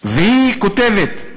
והיא כותבת: